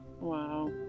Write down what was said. Wow